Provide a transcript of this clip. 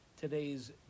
today's